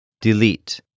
Delete